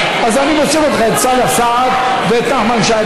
אז אני מוסיף את סלאח סעד ואת נחמן שי.